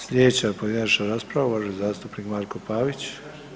Slijedeća pojedinačna rasprava, uvaženi zastupnik Marko Pavić.